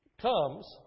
comes